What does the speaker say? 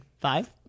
five